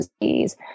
disease